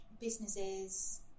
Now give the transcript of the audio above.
businesses